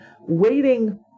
Waiting